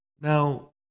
Now